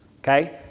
Okay